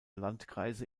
landkreise